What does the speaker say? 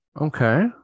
Okay